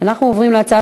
ואני לא אהיה?